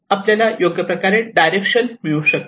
आपल्याला योग्य प्रकारे डायरेक्शन मिळू शकेल